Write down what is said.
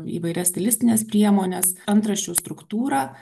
įvairias stilistines priemones antraščių struktūrą